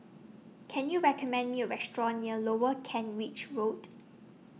Can YOU recommend Me A Restaurant near Lower Kent Ridge Road